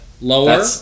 lower